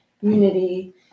unity